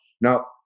Now